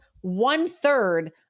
one-third